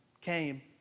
came